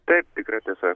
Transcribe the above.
taip tikra tiesa